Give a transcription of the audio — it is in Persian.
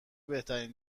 بهترین